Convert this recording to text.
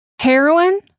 Heroin